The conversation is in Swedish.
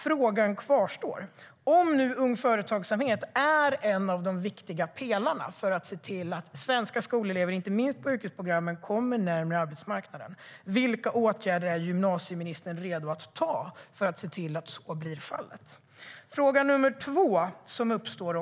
Frågan kvarstår: Om nu Ung Företagsamhet är en av de viktiga pelarna för att se till att svenska skolelever inte minst på yrkesprogrammen kommer närmare arbetsmarknaden, vilka åtgärder är gymnasieministern redo att vidta för att se till att så blir fallet? Ytterligare en fråga uppstår.